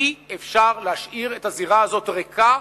אי-אפשר להשאיר את הזירה הזאת ריקה,